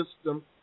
system